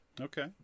Okay